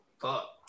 fuck